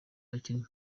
abakinnyi